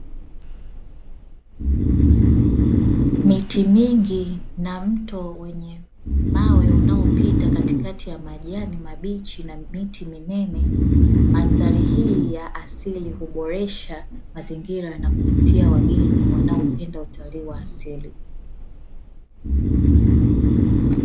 Miti mingi na mto wenye mawe unaopita mandhari hii huvutia watalii na wageni wanaopenda utalii wa asili